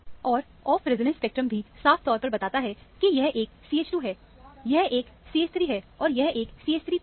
और off resonance spectrum भी साफ तौर पर बताता है कि यह एकCH2 है यह एक CH3 है और यह एक CH3p है